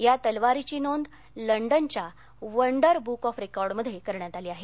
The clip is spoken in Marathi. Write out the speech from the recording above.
या तलवारीची नोंद लंडनच्या वंडर बुक ऑफ रेकॉर्ड मध्ये करण्यात आली आहे